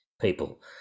people